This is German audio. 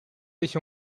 sich